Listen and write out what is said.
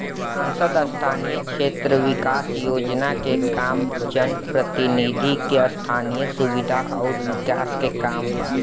सांसद स्थानीय क्षेत्र विकास योजना के काम जनप्रतिनिधि के स्थनीय सुविधा अउर विकास के काम बा